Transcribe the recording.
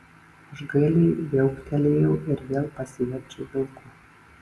aš gailiai viauktelėjau ir vėl pasiverčiau vilku